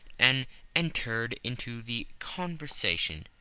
and entered into the conversation.